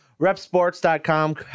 Repsports.com